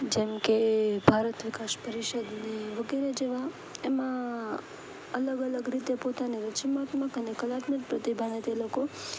જેમ કે ભારત વિકાસ પરિષદની વગેરે જેવા એમાં અલગ અલગ રીતે પોતાને રચનાત્મક અને કલાત્મક પ્રતિભાને તે લોકો